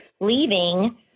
leaving